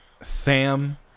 Sam